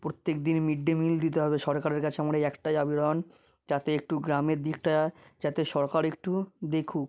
প্রত্যেকদিন mid day meal দিতে হবে সরকারের কাছে আমার এই একটাই আবেদন যাতে একটু গ্রামের দিকটা যাতে সরকার একটু দেখুক